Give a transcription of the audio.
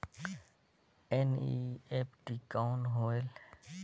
NEFT कौन होएल?